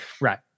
Right